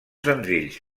senzills